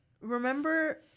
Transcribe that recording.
remember